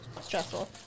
Stressful